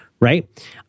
Right